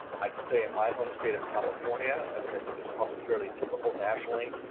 i can tell you in my home state of california, and which i think it's probably fairly typical nationally,